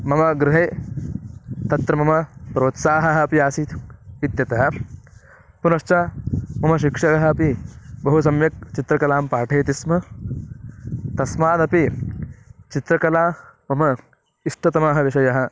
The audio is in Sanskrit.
मम गृहे तत्र मम प्रोत्साहः अपि आसीत् इत्यतः पुनश्च मम शिक्षकः अपि बहु सम्यक् चित्रकलां पाठयति स्म तस्मादपि चित्रकला मम इष्टतमः विषयः